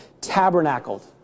tabernacled